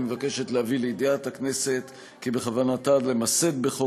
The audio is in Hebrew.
היא מבקשת להביא לידיעת הכנסת כי בכוונתה למסד בחוק